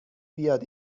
بیاد